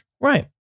Right